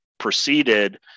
proceeded